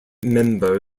member